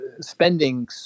spending